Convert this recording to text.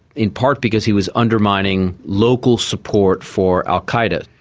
in part because he was undermining local support for al qaeda.